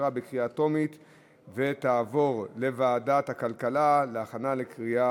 לדיון מוקדם בוועדת הכלכלה נתקבלה.